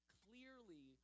clearly